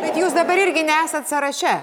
bet jūs dabar irgi nesat sąraše